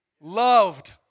loved